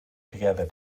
together